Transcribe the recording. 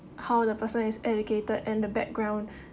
how the person is educated and the background